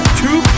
two